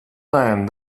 land